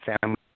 family